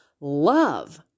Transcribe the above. love